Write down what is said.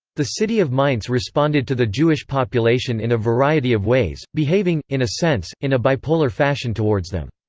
the city of mainz responded to the jewish population in a variety of ways, behaving, in a sense, in a bipolar fashion towards them.